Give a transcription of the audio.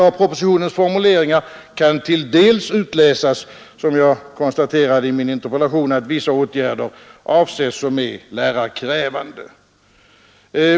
Av propositionens formuleringar kan till dels utläsas — som jag konstaterade i min interpellation — att vissa lärarkrävande åtgärder avses.